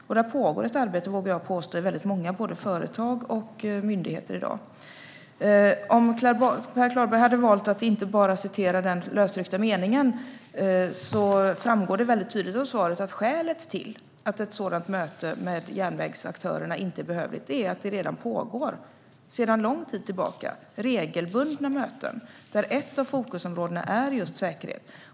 Där vågar jag påstå att det pågår ett arbete i många företag och myndigheter i dag. Per Klarberg valde att bara citera en lösryckt mening. Men det framgår mycket tydligt av svaret att skälet till att ett sådant möte med järnvägsaktörerna inte är behövligt är att det redan pågår, sedan lång tid tillbaka, regelbundna möten. Där är ett fokusområde just säkerhet.